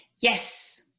yes